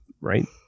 Right